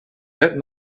that